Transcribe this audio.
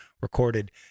recorded